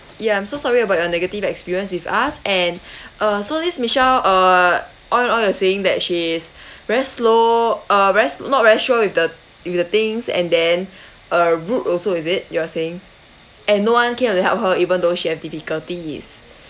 ya I'm so sorry about your negative experience with us and uh so this michelle err all all you're saying that she is very slow uh very not very sure with the with the things and then uh rude also is it you are saying and no one came to help her even though she have difficulties